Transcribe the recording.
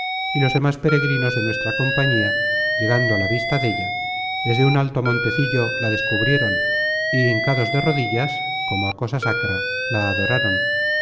y los demas peregrinos de nuestra compañía llegando a la vista della desde un alto montecillo la descubrieron y hincados de rodillas como á cosa sacra la adoraron